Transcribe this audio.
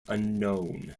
unknown